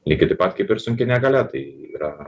lygiai taip pat kaip ir sunki negalia tai yra